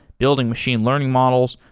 building machine learning models,